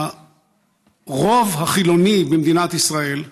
הרוב החילוני במדינת ישראל,